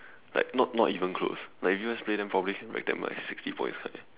like not not even close like if U_S play then probably can wreck them by sixty points